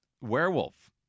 Werewolf